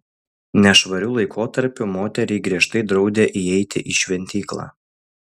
nešvariu laikotarpiu moteriai griežtai draudė įeiti į šventyklą